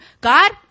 God